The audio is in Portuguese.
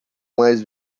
mais